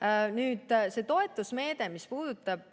Nüüd, see toetusmeede, mis puudutab